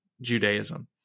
Judaism